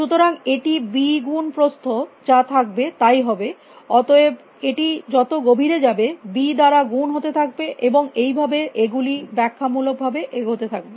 সুতরাং এটি b গুণ প্রস্থ যা থাকবে তাই হবে অতএব এটি যত গভীরে যাবে b দ্বারা গুণ হতে থাকবে এবং এই ভাবে এগুলি ব্যাখ্যা মূলক ভাবে এগোতে থাকবে